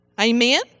Amen